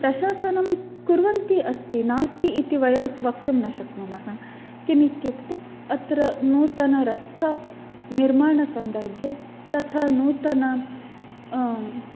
प्रशासनं कुर्वन्ति अस्ति नास्ति इति वयं वक्तुं न शक्नुमः किमित्युक्ते अत्र नूतनरस्था निर्माणसन्दर्भे तथा नूतन